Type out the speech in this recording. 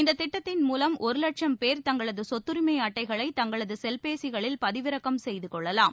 இந்த திட்டத்தின் மூலம் ஒரு வட்சும் பேர் தங்களது சொத்தரிமை அட்டைகளை தங்களது செல்பேசிகளில் பதிவிறக்கம் செய்து கொள்ளலாம்